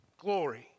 glory